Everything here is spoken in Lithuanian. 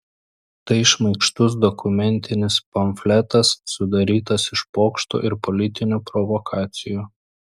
tai šmaikštus dokumentinis pamfletas sudarytas iš pokštų ir politinių provokacijų